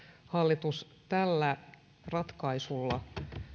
hallitus tällä ratkaisulla